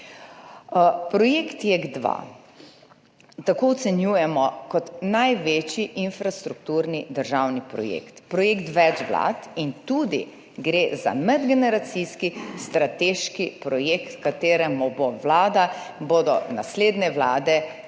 Projekt JEK2 tako ocenjujemo kot največji infrastrukturni državni projekt, projekt več vlad, gre tudi za medgeneracijski strateški projekt, kateremu bodo naslednje vlade